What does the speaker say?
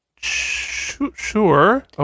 Sure